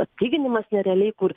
atlyginimas nerealiai kur